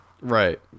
Right